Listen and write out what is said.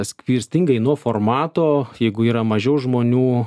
skirtingai nuo formato jeigu yra mažiau žmonių